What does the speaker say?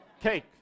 cake